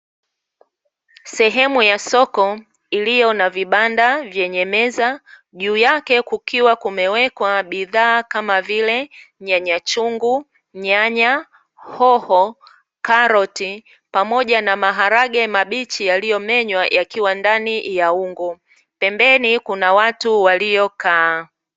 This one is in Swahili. Sehemu ya soko iliyo na vibanda vyenye meza, juu yake kukiwa kumewekwa bidhaa kama vile: nyanya chungu, nyanya, hoho, karoti, pamoja na maharage mabichi, yaliyomenywa yakiwa ndani ya ungo. Pembeni kuna watu waliokaa.